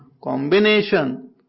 combination